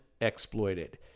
exploited